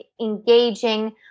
engaging